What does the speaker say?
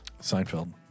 Seinfeld